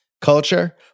culture